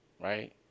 right